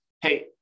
hey